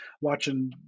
watching